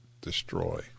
destroy